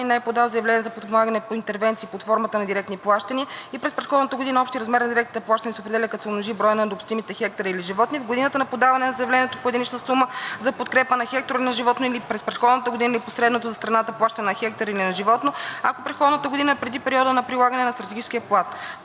не е подал заявление за подпомагане по интервенции под формата на директни плащания и през предходната година, общият размер на директните плащания се определя, като се умножи броят на допустимите хектари или животни в годината на подаване на заявлението по единичната сума за подкрепа на хектар или на животно през предходната година или по средното за страната плащане на хектар или на животно, ако предходната година е преди периода на прилагане на Стратегическия план.